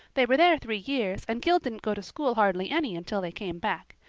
they were there three years and gil didn't go to school hardly any until they came back.